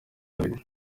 babiri